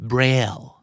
Braille